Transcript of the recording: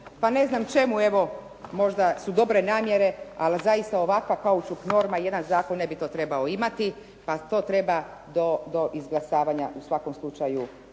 pa ne znam čemu, evo možda su dobre namjere, ali zaista ovakva kaučuk norma i jedan zakon ne bi to trebao imati pa to treba do izglasavanja u svakom slučaju